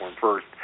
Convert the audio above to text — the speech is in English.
first